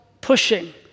pushing